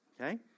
Okay